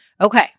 Okay